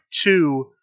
two